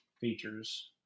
features